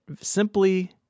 simply